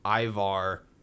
Ivar